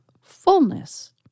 fullness